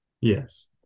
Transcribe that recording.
Yes